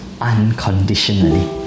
unconditionally